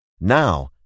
Now